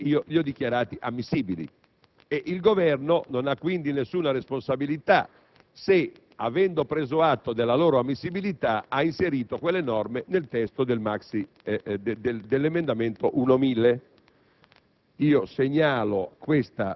Pensa che ti ripensa, alla fine, li ho dichiarati ammissibili. Il Governo non ha, quindi, nessuna responsabilità se, avendo preso atto della loro ammissibilità, ha inserito quelle norme nel testo dell'emendamento 1.1000.